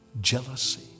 jealousy